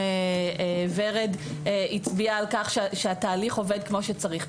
ורד הצביעה על כך שהתהליך עובד כמו שצריך.